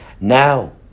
now